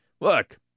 Look